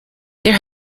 there